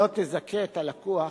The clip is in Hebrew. לא תזכה את הלקוח,